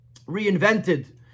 reinvented